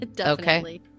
okay